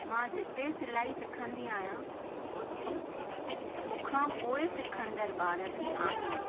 मां जिते सिलाई सिखंदी आहियां उते मूंखा पोइ सिखंदड़ु ॿार बि आहिनि